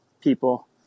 people